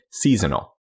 seasonal